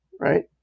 right